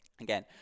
Again